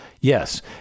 Yes